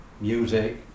music